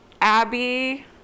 Abby